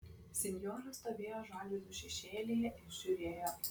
sinjora stovėjo žaliuzių šešėlyje ir žiūrėjo